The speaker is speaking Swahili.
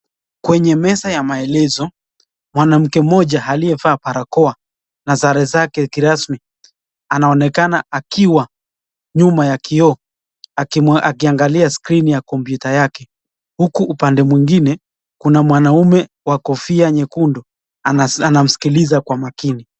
Kwenye meza ya maelezo mwanamke moja aliyefaa barakoa na sare zake kirasmi anaonekana akiwa nyuma ya kioo akiangalia screen ya kompyuta yake huku upande mwingine kuna mwanaume wa kofia nyekundu anamsikiliza kwa makini.